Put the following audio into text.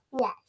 Yes